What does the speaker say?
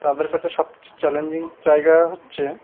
তাদের কাছে সবচেয়ে চ্যালেঞ্জিং জায়গা হচ্ছে